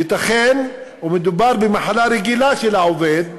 ייתכן שמדובר במחלה רגילה של העובד,